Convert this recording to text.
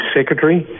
Secretary